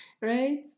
right